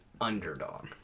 underdog